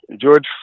George